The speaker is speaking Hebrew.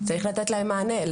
צריך לתת להם מענה.